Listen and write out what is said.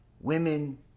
women